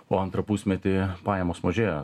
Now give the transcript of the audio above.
o antrą pusmetį pajamos mažėja